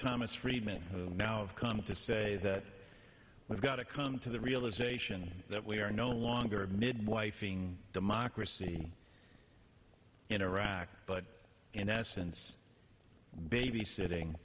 thomas friedman has now come to say that we've got to come to the realization that we are no longer midwife ing democracy in iraq but in essence babysitting